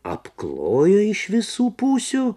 apklojo iš visų pusių